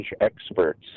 experts